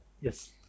Yes